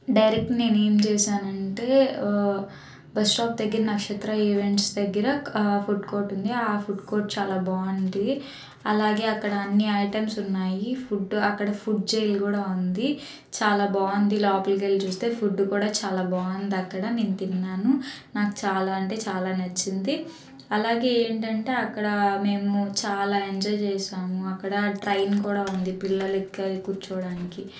direct నేనేం చేశాను అంటే బస్ స్టాప్ దగ్గర నక్షత్ర ఈవెంట్స్ దగ్గర ఫుడ్ కోర్ట్ ఉంది ఆ ఫుడ్ కోర్ట్ చాలా బాగుంది అలాగే అక్కడ అన్ని ఐటమ్స్ ఉన్నాయి ఫుడ్ అక్కడ ఫుడ్ జైల్ కూడా ఉంది చాలా బాగుంది లోపలికి వెళ్ళి చూస్తే ఫుడ్ కూడా చాలా బాగుంది అక్కడ నేను తిన్నాను నాకు చాలా అంటే చాలా నచ్చింది అలాగే ఏంటంటే అక్కడ మేము చాలా ఎంజాయ్ చేసాము అక్కడ ట్రైన్ కూడా ఉంది పిల్లలకి అది కూర్చోడానికి